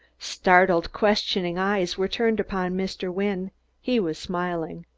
startled, questioning eyes were turned upon mr. wynne he was smiling.